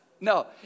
no